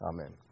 Amen